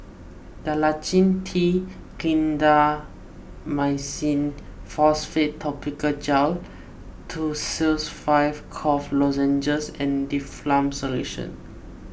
Dalacin T Clindamycin Phosphate Topical Gel Tussils five Cough Lozenges and Difflam Solution